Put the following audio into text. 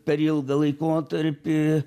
per ilgą laikotarpį